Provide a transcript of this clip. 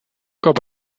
cop